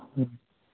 হুম